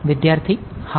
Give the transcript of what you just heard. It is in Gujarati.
વિદ્યાર્થી હા